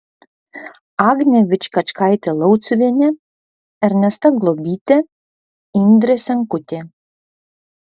agnė vičkačkaitė lauciuvienė ernesta globytė indrė senkutė